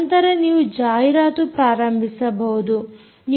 ನಂತರ ನೀವು ಜಾಹೀರಾತು ಪ್ರಾರಂಭಿಸಬಹುದು